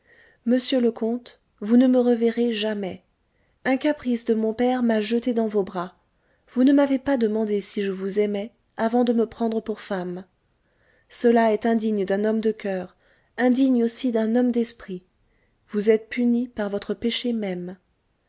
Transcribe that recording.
monsieur le comte vous ne me reverrez jamais un caprice de mon père m'a jetée dans vos bras vous ne m'avez pas demandé si je vous aimais avant de me prendre pour femme cela est indigne d'un homme de coeur indigne aussi d'un homme d'esprit vous êtes puni par votre péché même